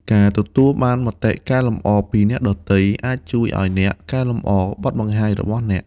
ការទទួលបានមតិកែលម្អពីអ្នកដទៃអាចជួយឱ្យអ្នកកែលម្អបទបង្ហាញរបស់អ្នក។